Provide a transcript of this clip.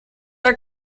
are